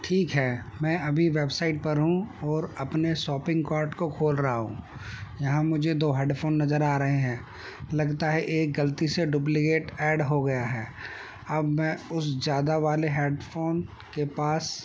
ٹھیک ہے میں ابھی ویب سائٹ پر ہوں اور اپنے شاپنگ کارٹ کو کھول رہا ہوں یہاں مجھے دو ہیڈ فون نظر آ رہے ہیں لگتا ہے ایک غلطی سے ڈپلیکیٹ ایڈ ہو گیا ہے اب میں اس زیادہ والے ہیڈ فون کے پاس